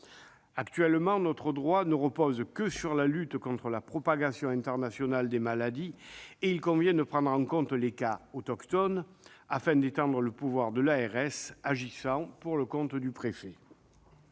Actuellement, notre droit ne repose que sur la lutte contre la propagation internationale des maladies. Il convient de prendre en compte les cas autochtones, afin d'étendre le pouvoir de l'ARS agissant pour le compte du préfet.